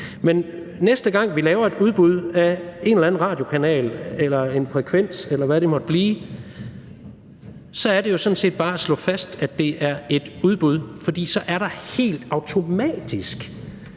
Men næste gang vi laver et udbud af en eller anden radiokanal eller en frekvens, eller hvad det måtte blive, så er det jo sådan set bare at slå fast, at det er et udbud. For så er der helt automatisk